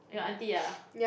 your aunty ah